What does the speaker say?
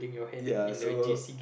ya so